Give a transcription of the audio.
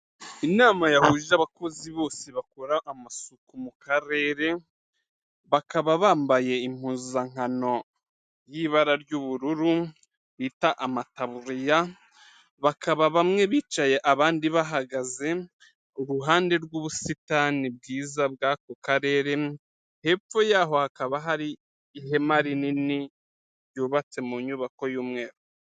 Inama yahuje abakozi bose bakora amasuku mu karere, bakaba bambaye impuzankano y'ibara ry'ubururu bita amataburiya bakaba bamwe bicaye abandi bahagaze iruhande rw'ubusitani bwiza bw'ako karere hepfo yaho hakaba hari ihema rinini ryubatse mu nyubako y'umweru.